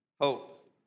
Hope